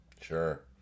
Sure